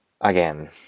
again